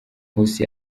nkusi